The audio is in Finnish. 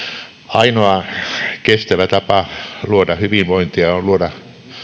ainoa kestävä tapa luoda hyvinvointia on luoda